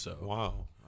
Wow